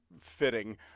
fitting